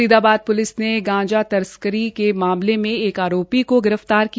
Faridabad police ने गांजा तस्करी के मामले में एक आरोपी को गिरफ्तार किया